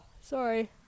sorry